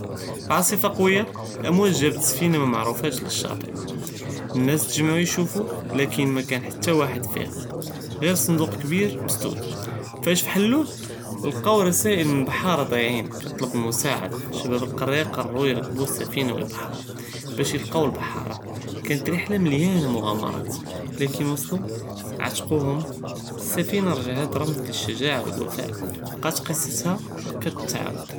פי עספה קווויה אלאמואג' ג'אבת ספינה מא מערפאש ללשט, אלנאס תאג'מעו יושופו, לקין מא קאן חתא ואחד פיה ג'יר סונדוק כביר מסתור, פאש פהלו לקטו רסאיל מן בהארה ד'איעין כתתלב אלמוסאעה, שבאב אלקאריה קרו ירכבו אלספינה ואלבהר באש ילקאו אלבהארה, קנת ריחלה מלאנה מג'אמראת, לקין ווסלו עטקוהם, אלספינה ריג'עת רמז לשג'עה ואלוופא, בקאת קיסתה קתתעאוד.